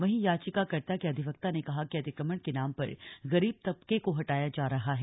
वहीं याचिकाकर्ता के अधिवक्ता ने कहा कि अतिक्रमण के नाम पर गरीब तबके को हटाया जा रहा है